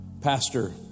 Pastor